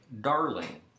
Darling